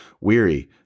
weary